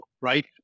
right